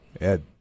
Ed